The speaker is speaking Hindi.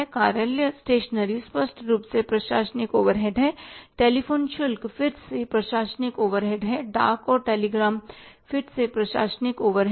कार्यालय स्टेशनरी स्पष्ट रूप से प्रशासनिक ओवरहेड है टेलीफोन शुल्क फिर से प्रशासनिक ओवरहेड डाक और टेलीग्राम फिर से एक प्रशासनिक ओवरहेड है